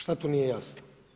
Šta tu nije jasno?